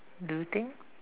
do you think